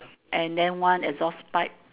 and then one exhaust pipe